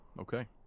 okay